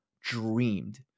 dreamed